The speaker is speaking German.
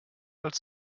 als